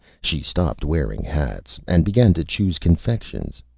she stopped wearing hats, and began to choose confections.